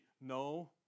No